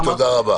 קובי, תודה רבה.